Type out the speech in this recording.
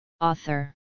Author